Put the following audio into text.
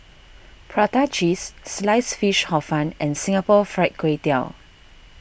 Prata Cheese Sliced Fish Hor Fun and Singapore Fried Kway Tiao